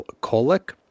colic